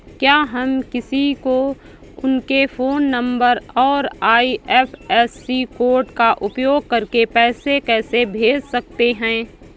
क्या हम किसी को उनके फोन नंबर और आई.एफ.एस.सी कोड का उपयोग करके पैसे कैसे भेज सकते हैं?